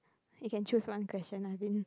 you can choose one question I been